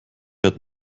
hat